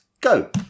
go